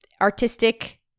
artistic